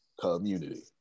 Community